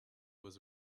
was